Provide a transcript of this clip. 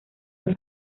los